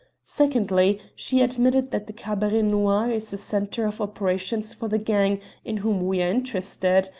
secondly, she admitted that the cabaret noir is a centre of operations for the gang in whom we are interested.